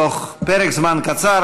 תוך פרק זמן קצר,